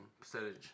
percentage